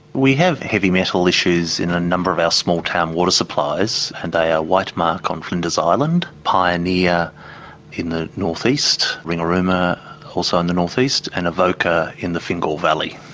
we have heavy metal issues in a number of our small town water supplies and whitemark on flinders island, pioneer in the north-east, ringarooma also in the north-east, and avoca in the fingal valley.